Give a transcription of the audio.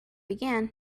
began